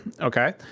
Okay